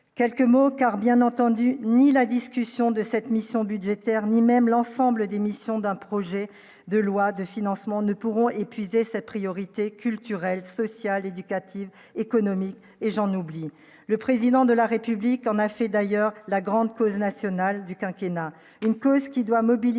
quelques mots car, bien entendu, ni la discussion de cette mission budgétaire, ni même l'ensemble des missions d'un projet de loi de financement ne pourront épuisé cette priorité, culturelles, sociales, éducatives, économiques et j'en oublie, le président de la République en a fait d'ailleurs la grande cause nationale du quinquennat